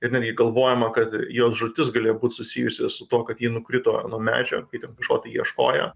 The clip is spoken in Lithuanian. ir netgi galvojama kad jos žūtis galėjo būt susijusi su tuo kad ji nukrito nuo medžio kai ten kažko tai ieškojo